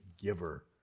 giver